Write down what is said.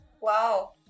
Wow